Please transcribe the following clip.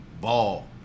ball